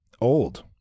Old